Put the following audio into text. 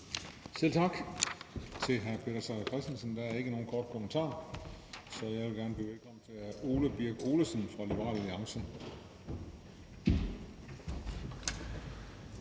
Selv tak til hr. Peter Seier Christensen. Der er ikke nogen korte bemærkninger. Så jeg vil gerne byde velkommen til hr. Ole Birk Olesen fra Liberal Alliance.